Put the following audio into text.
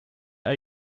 are